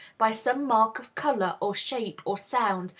by some mark of color, or shape, or sound,